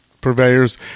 purveyors